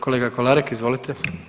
Kolega Kolarek, izvolite.